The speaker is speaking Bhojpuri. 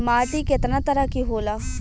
माटी केतना तरह के होला?